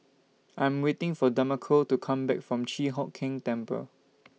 I Am waiting For Demarco to Come Back from Chi Hock Keng Temple